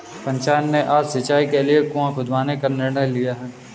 पंचायत ने आज सिंचाई के लिए कुआं खुदवाने का निर्णय लिया है